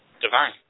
divine